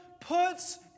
puts